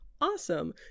awesome